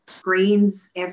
greens